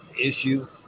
issue